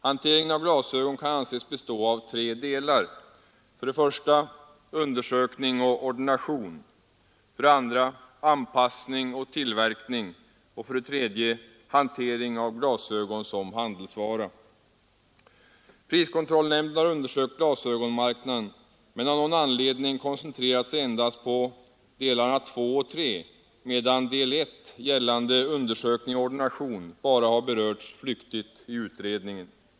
Hanteringen av glasögon kan anses bestå av tre delar: Priskontrollnämnden har undersökt glasögonmarknaden men av någon anledning koncentrerat sig endast på delarna 2 och 3, medan del 1, gällande undersökning och ordination, bara har berörts flyktigt i utredningen.